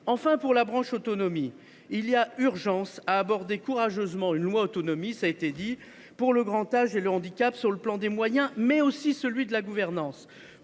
Pour la branche autonomie, il y a urgence à aborder courageusement une loi autonomie pour le grand âge et le handicap sur le plan des moyens, mais aussi de la gouvernance.